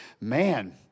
man